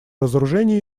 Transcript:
разоружению